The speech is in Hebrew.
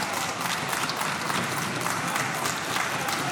(מחיאות כפיים)